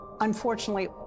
Unfortunately